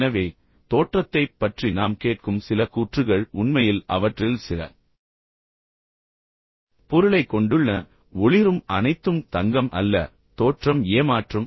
எனவே தோற்றத்தைப் பற்றி நாம் கேட்கும் சில கூற்றுகள் உண்மையில் அவற்றில் சில பொருளைக் கொண்டுள்ளன ஒளிரும் அனைத்தும் தங்கம் அல்ல தோற்றம் ஏமாற்றும்